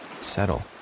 Settle